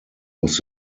was